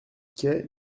quai